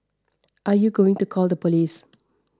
are you going to call the police